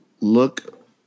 look